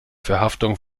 verhaftung